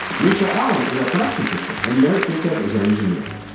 rachel allen is our production system and mayor jacob is our engineer.